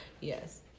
Yes